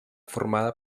formada